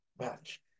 match